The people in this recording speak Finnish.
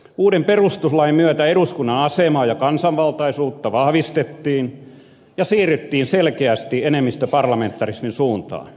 uuden perustuslain myötä eduskunnan asemaa ja kansanvaltaisuutta vahvistettiin ja siirryttiin selkeästi enemmistöparlamentarismin suuntaan